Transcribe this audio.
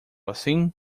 assim